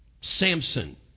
Samson